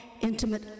intimate